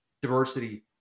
diversity